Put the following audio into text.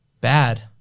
bad